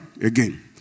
Again